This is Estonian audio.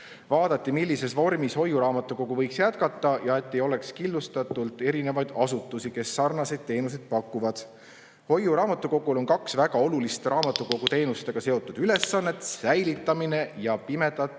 Vaadati, millises vormis hoiuraamatukogu võiks jätkata ja et ei oleks killustatult eri asutusi, kes sarnaseid teenuseid pakuvad. Hoiuraamatukogul on kaks väga olulist raamatukoguteenustega seotud ülesannet: [teavikute]